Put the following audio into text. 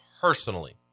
personally